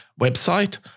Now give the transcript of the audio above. website